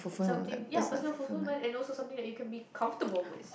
something ya personal fulfilment and also something that you can be comfortable with